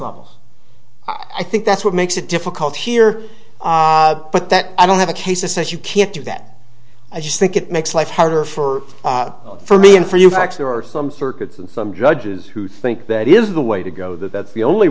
frontal i think that's what makes it difficult here but that i don't have a case is that you can't do that i just think it makes life harder for for me and for you facts there are some circuits and some judges who think that is the way to go that's the only